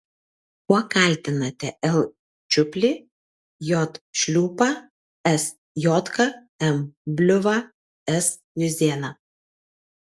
kuo kaltinate l čiuplį j šliūpą s jodką m bliuvą s juzėną